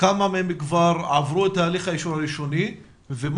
כמה מהם עברו את תהליך האישור הראשוני ומה